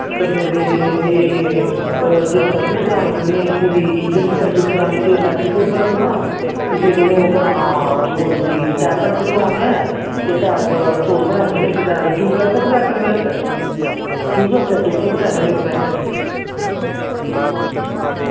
करनी ते जे सर्विस करानी तुसें पूरी ईंजन दी सर्विस करानी ते पैंती सौ रपेआ लग्गना ते जे तुसें ओह् लोआना टायर पंचर लोआनै ऐं ते सौ रपेआ लैंदे इक्क टायर दा ट्यूब आह्ले न जां ट्यूबलैस ट्यूब दा अस दौ सौ रपेआ लैने होने इक्क पंचर दा